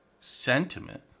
sentiment